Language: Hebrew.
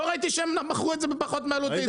שהם מכרו אותו בפחות מעלות הייצור.